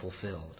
fulfilled